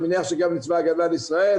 אני מניח שגם צבא הגנה לישראל,